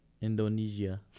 Indonesia